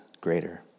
greater